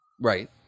Right